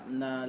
na